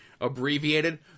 abbreviated